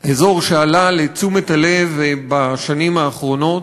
אזור שעלה לתשומת הלב בשנים האחרונות.